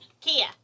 Kia